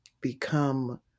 become